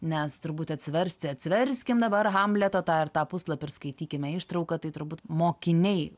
nes turbūt atsiversti atsiverskim dabar hamleto tą ir tą puslapį ir skaitykime ištrauką tai turbūt mokiniai